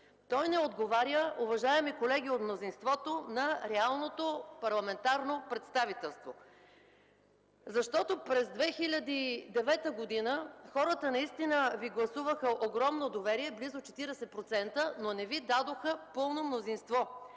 Той не отговаря, уважаеми колеги от мнозинството, на реалното парламентарно представителство. Защото през 2009 г. хората наистина Ви гласуваха огромно доверие – близо 40%, но не ви дадоха пълно мнозинство.